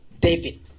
David